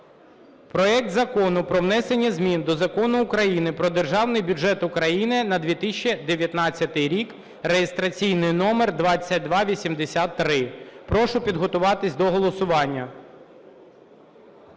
проект Закону про внесення змін до Закону України "Про Державний бюджет України на 2019 рік" (реєстраційний номер 2283). Прошу підготуватися до голосування.